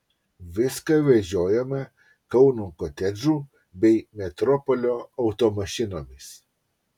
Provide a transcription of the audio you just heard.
viską vežiojome kauno kotedžų bei metropolio automašinomis